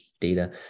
data